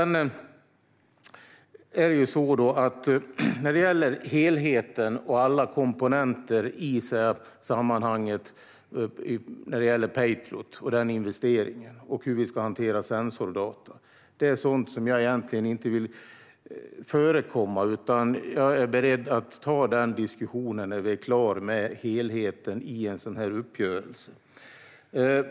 När det sedan gäller helheten och alla komponenter gällande Patriot och den investeringen och hur vi ska hantera sensordata är det sådant som jag egentligen inte vill förekomma. Jag är beredd att ta den diskussionen när vi är klara med helheten i en sådan här uppgörelse.